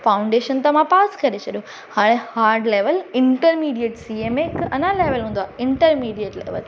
foundation त मां pass करे छॾियो ऐं हाड level intermediate C M A हिकु अञा लेवल हूंदो आहे इंटरमीडिएट लेवल